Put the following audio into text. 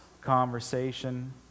conversation